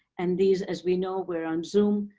and these, as we know, we're on zoom,